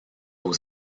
aux